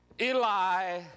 Eli